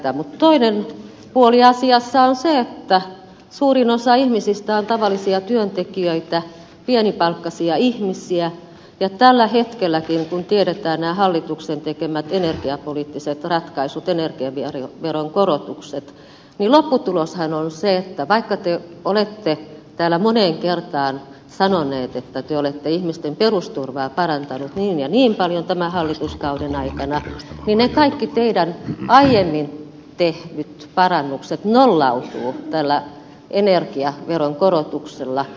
mutta toinen puoli asiassa on se että suurin osa ihmisistä on tavallisia työntekijöitä pienipalkkaisia ihmisiä ja tälläkin hetkellä kun tiedetään nämä hallituksen tekemät energiapoliittiset ratkaisut energiaveron korotukset lopputuloshan on se että vaikka te olette täällä moneen kertaan sanoneet että te olette ihmisten perusturvaa parantaneet niin ja niin paljon tämän hallituskauden aikana niin ne kaikki teidän aiemmin tekemänne parannukset nollautuvat tällä energiaveron korotuksella